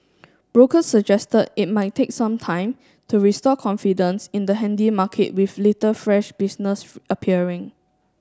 brokers suggested it might take some time to restore confidence in the handy market with little fresh business appearing